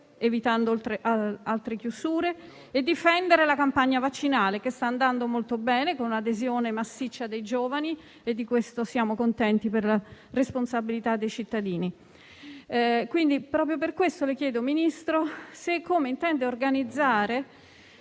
evitando altre chiusure, e difendere la campagna vaccinale che sta andando molto bene, con un'adesione massiccia dei giovani. Siamo contenti per la responsabilità dei cittadini. Proprio per questo le chiedo, Ministro, se e come intende organizzare